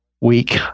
week